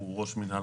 ראש מינהל